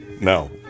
No